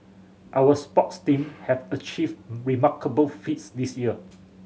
our sports team have achieved remarkable feats this year